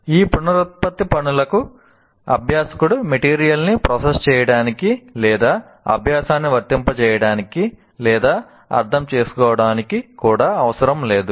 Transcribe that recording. ఈ పునరుత్పత్తి పనులకు అభ్యాసకుడు మెటీరియల్ ని ప్రాసెస్ చేయడానికి లేదా అభ్యాసాన్ని వర్తింపజేయడానికి లేదా అర్థం చేసుకోవడానికి కూడా అవసరం లేదు